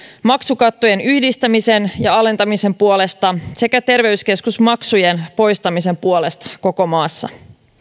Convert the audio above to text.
maksukattojen yhdistämisen ja alentamisen puolesta sekä terveyskeskusmaksujen poistamisen puolesta koko maassa